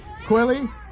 Quilly